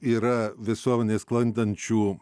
yra visuomenėj sklandančių